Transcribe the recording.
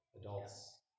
adults